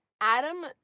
Adam